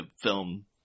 film